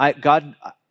God